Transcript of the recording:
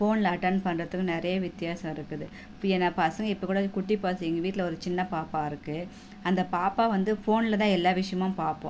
ஃபோனில் அட்டெண்ட் பண்ணுறதுக்கு நிறைய வித்தியாசம் இருக்குது இப்போ என்ன பசங்க இப்போ கூட குட்டி பசங்க எங்கள் வீட்டில் ஒரு சின்ன பாப்பா இருக்குது அந்த பாப்பா வந்து ஃபோனில் தான் எல்லா விஷயமும் பார்ப்போம்